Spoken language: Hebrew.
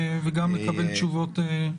וגם לקבל תשובות.